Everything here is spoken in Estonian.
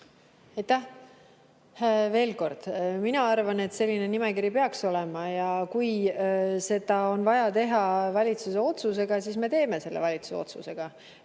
Aitäh! Veel kord: mina arvan, et selline nimekiri peaks olema ja kui seda on vaja teha valitsuse otsusega, siis me teeme selle valitsuse otsusega.